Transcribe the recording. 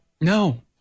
No